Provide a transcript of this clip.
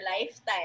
lifetime